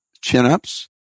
chin-ups